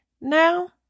now